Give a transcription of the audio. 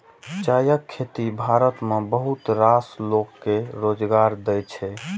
चायक खेती भारत मे बहुत रास लोक कें रोजगार दै छै